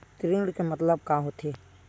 ऋण के मतलब का होथे?